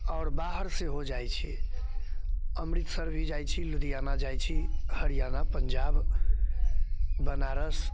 आओर बाहर सेहो जाइ छी अमृतसर भी जाइ छी लुधियाना जाइ छी हरियाणा पंजाब बनारस